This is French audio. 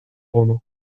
roman